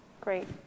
Great